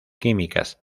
químicas